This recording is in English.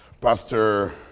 Pastor